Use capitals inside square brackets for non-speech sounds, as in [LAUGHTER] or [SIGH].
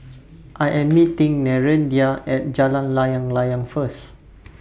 I Am meeting Nereida At Jalan Layang Layang First [NOISE]